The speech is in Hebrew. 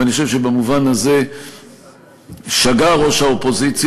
ואני חושב שבמובן הזה שגה ראש האופוזיציה,